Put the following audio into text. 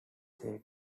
said